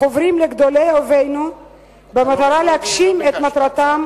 החוברים לגדולי אויבינו במטרה להגשים את מטרתם,